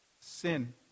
sin